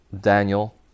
Daniel